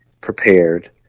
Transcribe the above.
prepared